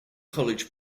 college